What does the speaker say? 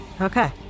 Okay